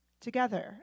together